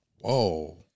Whoa